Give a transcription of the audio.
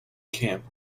camp